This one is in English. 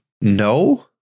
no